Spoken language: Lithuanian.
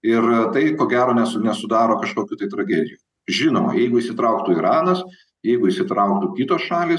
ir tai ko gero nesu nesudaro kažkokių tai tragedijų žinoma jeigu įsitrauktų iranas jeigu įsitrauktų kitos šalys